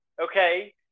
okay